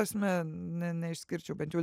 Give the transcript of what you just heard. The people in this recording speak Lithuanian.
prasme ne neišskirčiau kad jų